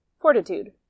fortitude